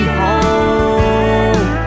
home